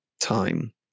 time